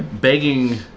begging